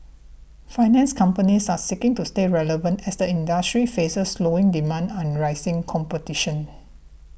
finance companies are seeking to stay relevant as the industry faces slowing demand and rising competition